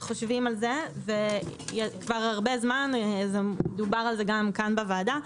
חושבים על זה כבר הרבה זמן וגם דובר על זה כאן בוועדה.